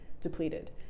depleted